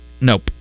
Nope